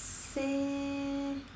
say